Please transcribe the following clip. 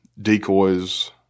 decoys